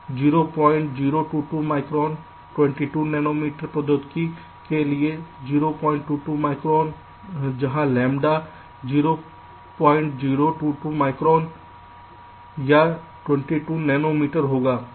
0022 micron 22 nanometre प्रौद्योगिकी के लिए 022 माइक्रोन जहां लैम्ब्डा 0022 माइक्रोन या 22 नैनो मीटर होगा